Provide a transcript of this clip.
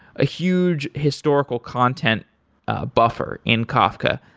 a huge historical content buffer in kafka,